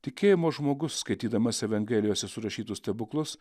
tikėjimo žmogus skaitydamas evangelijose surašytus stebuklus